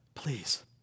Please